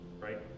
right